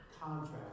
contract